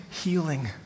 healing